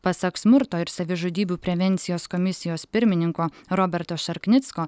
pasak smurto ir savižudybių prevencijos komisijos pirmininko roberto šarknicko